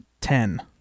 Ten